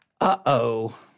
Uh-oh